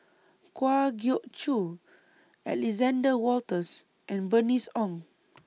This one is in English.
Kwa Geok Choo Alexander Wolters and Bernice Ong